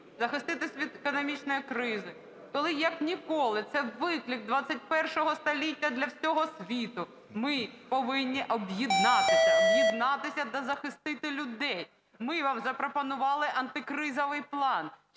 захиститися від економічної кризи, коли, як ніколи, це виклик ХХІ століття для всього світу, ми повинні об'єднатися, об'єднатися та захистити людей. Ми вам запропонували антикризовий план,